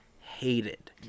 hated